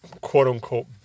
Quote-unquote